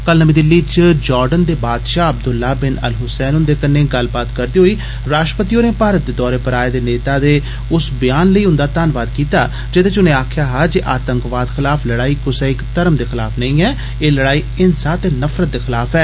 कल नमी दिल्ली च जाङन दे बादषाह अब्दुल्लाह बिन अल हुसैन हुन्दे कन्ने गल्लबात करदे होई राश्ट्रपति होरें भारत दे दौरे पर आए दे नेता दे उस व्यान लेई उन्दा धन्नवाद कीता जेदे च उनें आक्खेआ हा जे आतंकवाद खलाफ लड़ाई कुसै इक धर्म दे खलाफ नेई ऐ ते एह लड़ाई हिंसा ते नफरत दे खलाफ ऐ